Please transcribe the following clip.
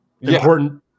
Important